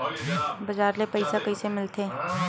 बजार ले पईसा कइसे मिलथे?